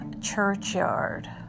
churchyard